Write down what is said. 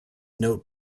note